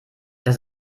das